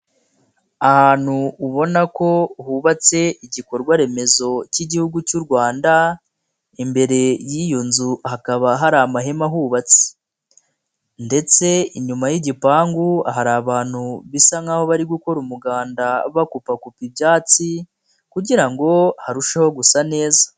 Ahantu ubona ko hubatse igikorwa remezo cy'Igihugu cy'u Rwanda, imbere y'iyo nzu hakaba hari amahema ahubatse ndetse inyuma y'igipangu hari abantu bisa nk'aho bari gukora umuganda bakupakupa ibyatsi kugira ngo harusheho gusa neza.